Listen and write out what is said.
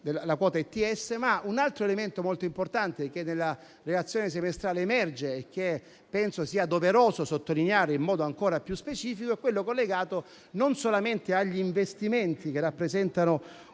al nostro Paese. Un altro elemento molto importante che nella relazione semestrale emerge e che penso sia doveroso sottolineare in modo ancora più specifico è quello collegato non solamente agli investimenti, che rappresentano